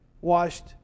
washed